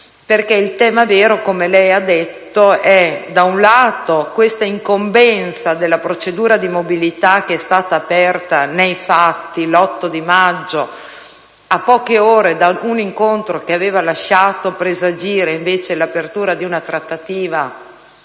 diversi. Il tema vero, come lei ha detto, è l'incombenza della procedura di mobilità che è stata aperta nei fatti l'8 maggio, a poche ore da un incontro che, invece, aveva lasciato presagire l'apertura di una trattativa